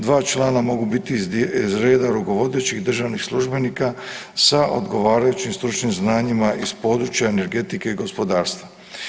Dva člana mogu biti iz reda rukovodećih državnih službenika sa odgovarajućim stručnim znanjima iz područja energetike i gospodarstva.